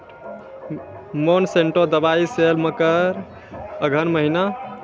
Monsanto दवाई sale मकर अघन महीना,